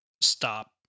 stop